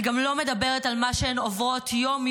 אני גם לא מדברת על מה שהן עוברות יום-יום,